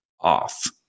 off